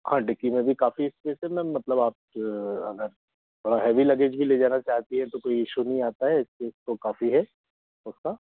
हाँ डिक्की में भी काफ़ी इस्पेस है मैम मतलब आप अगर थोड़ा हैवी लगेज भी ले जाना चाहती हैं तो कोई इशू नहीं आता है इस्पेस तो काफ़ी है सस्ता